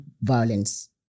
violence